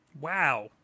Wow